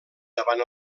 davant